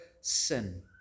sin